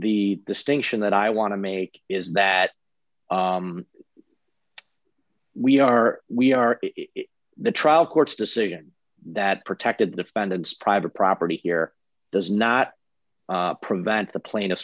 the distinction that i want to make is that we are we are the trial court's decision that protected defendants private property here does not prevent the plaine